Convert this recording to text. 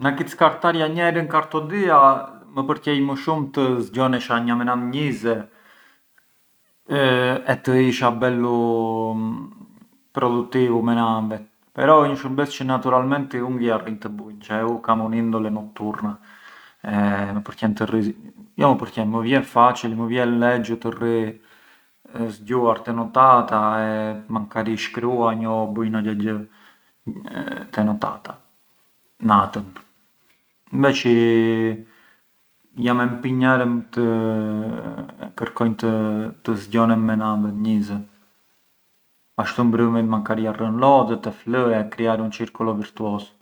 Na pincar të inten më vjen ment se isht e sos java xha, edhe se ancora ngë ë fine settimana, cioè ngë isht e sos java però xha ndienj hjaurin të të prëmtes, çë isht e jarrën.